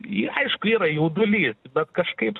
aišku yra jaudulys bet kažkaip